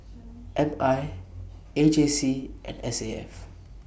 M I A J C and S A F